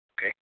Okay